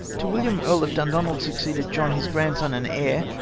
to william earl of dundonald succeeded john his grandson and heir,